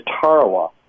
Tarawa